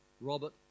Robert